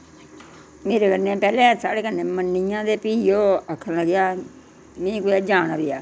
मेरै कन्नै पैह्लैं साढ़ै कन्नै मन्नी आ ते फ्ही ओह् आखन लगा में कुदै जाना पेआ